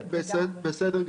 חרדיים וחילוניים,